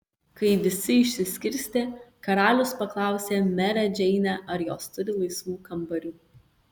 kai visi išsiskirstė karalius paklausė merę džeinę ar jos turi laisvų kambarių